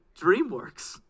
DreamWorks